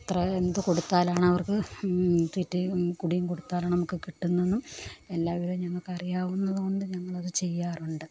എത്ര എന്ത് കൊടുത്താലാണ് അവര്ക്ക് തീറ്റിയും കുടിയും കൊടുത്താലാണ് നമ്മൾക്ക് കിട്ടുന്നത് എന്നും എല്ലാ വിവരവും ഞങ്ങൾക്ക് അറിയാവുന്നത് കൊണ്ട് ഞങ്ങൾ അത് ചെയ്യാറുണ്ട്